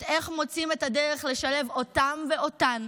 איך מוצאים את הדרך לשלב אותם ואותן,